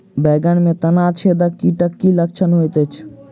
बैंगन मे तना छेदक कीटक की लक्षण होइत अछि?